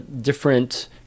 different